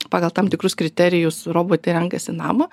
pagal tam tikrus kriterijus robotė renkasi namą